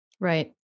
Right